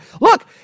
Look